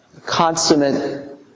consummate